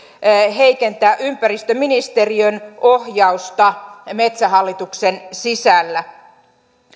heikentää ympäristöministeriön ohjausta metsähallituksen sisällä